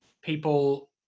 people